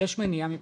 יש מניעה מבחינתכם,